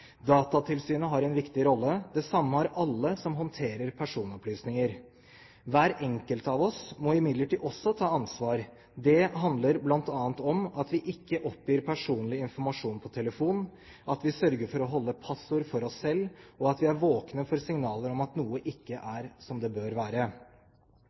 Datatilsynet har en viktig rolle, det samme har alle som håndterer personopplysninger. Hver enkelt av oss må imidlertid også ta ansvar. Det handler bl.a. om at vi ikke oppgir personlig informasjon på telefon, at vi sørger for å holde passord for oss selv, og at vi er våkne for signaler om at noe ikke